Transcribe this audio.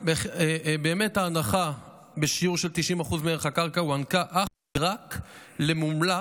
באמת ההנחה בשיעור של 90% מערך הקרקע הוענקה אך ורק למומלץ,